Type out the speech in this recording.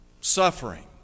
Suffering